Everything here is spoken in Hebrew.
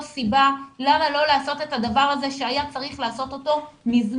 סיבה למה לא לעשות את הדבר הזה שהיה צריך לעשות מזמן,